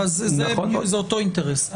זה אותו אינטרס.